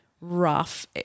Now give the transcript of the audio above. rough